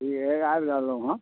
इएहे आबि रहलहुँ हँ